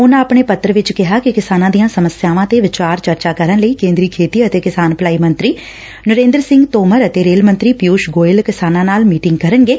ਉਨਾਂ ਆਪਣੇ ਪੱਤਰ ਵਿਚ ਕਿਹਾ ਕਿ ਕਿਸਾਨਾਂ ਦੀਆਂ ਸਸੱਸਿਆਵਾਂ ਤੇ ਵਿਚਾਰ ਚਰਚਾ ਕਰਨ ਲਈ ਕੇਂਦਰੀ ਖੇਤੀ ਅਤੇ ਕਿਸਾਨ ਭਲਾਈ ਮੰਤਰੀ ਨਰਿੰਦਰ ਸਿੰਘ ਤੋਮਰ ਅਤੇ ਰੇਲ ਮੰਤਰੀ ਪਿਉਸ਼ ਗੋਇਲ ਕਿਸਾਨਾਂ ਨਾਲ ਮੀਟਿੰਗ ਕਰਨਗੇ